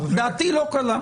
דעתי לא קלה.